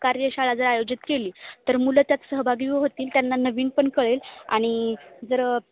कार्यशाळा जर आयोजित केली तर मुलं त्यात सहभागी होतील त्यांना नवीन पण कळेल आणि जर